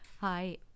Hi